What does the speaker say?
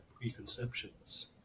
preconceptions